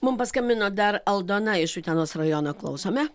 mum paskambino dar aldona iš utenos rajono klausome